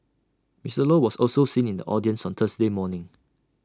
Mister law was also seen in the audience on Thursday morning